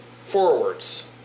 forwards